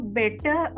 better